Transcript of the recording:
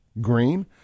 Green